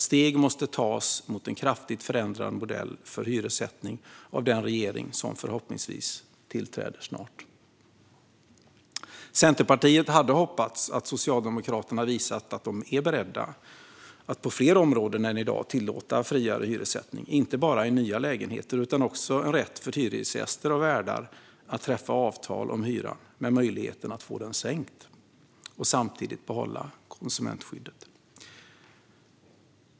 Steg måste tas mot en kraftigt förändrad modell för hyressättning av den regering som förhoppningsvis snart tillträder. Centerpartiet hade hoppats att Socialdemokraterna skulle visa att de är beredda att på fler områden än i dag tillåta friare hyressättning, inte bara för nya lägenheter. Det skulle också vara en rätt för hyresgäster och värdar att träffa avtal om hyran med möjlighet att få den sänkt och samtidigt behålla konsumentskyddet.